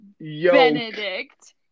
Benedict